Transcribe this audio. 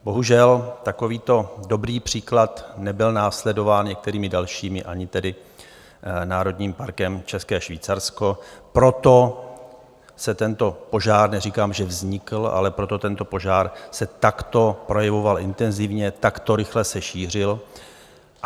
Bohužel takovýto dobrý příklad nebyl následován některými dalšími, ani tedy Národním parkem České Švýcarsko, proto se tento požár, neříkám, že vznikl, ale proto tento požár se takto projevoval intenzivně, takto rychle se šířil.